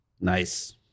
Nice